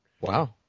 wow